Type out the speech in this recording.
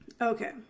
Okay